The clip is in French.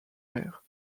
mère